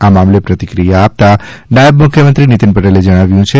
આ મામલે પ્રતિક્રીયા આપતાં નાયબ મુખ્યમંત્રી નીતિન પટેલે જણાવ્યું છે